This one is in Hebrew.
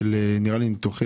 על צנתור מוח